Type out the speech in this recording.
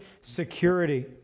security